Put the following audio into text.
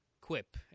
quip